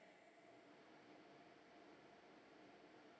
and